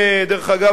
דרך אגב,